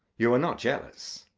you are not jealous?